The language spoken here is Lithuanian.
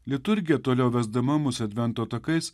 liturgija toliau vesdama mus advento takais